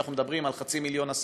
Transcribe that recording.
ואנחנו מדברים על חצי מיליון עסקים,